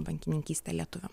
bankininkyste lietuvių